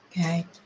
Okay